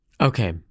Okay